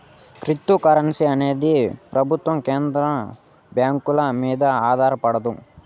cryptocurrency అనేది ప్రభుత్వం కేంద్ర బ్యాంకుల మీద ఆధారపడదు